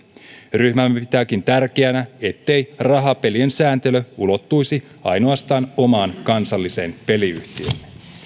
ryhmämme pitääkin tärkeänä ettei rahapelien sääntely ulottuisi ainoastaan omaan kansalliseen peliyhtiöömme